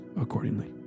accordingly